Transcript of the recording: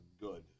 good